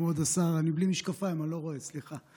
כבוד השר, אני בלי משקפיים, אני לא רואה, סליחה.